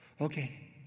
Okay